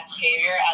behavior